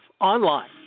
online